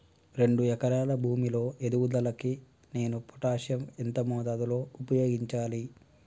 రెండు ఎకరాల భూమి లో ఎదుగుదలకి నేను పొటాషియం ఎంత మోతాదు లో ఉపయోగించాలి?